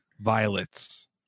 violets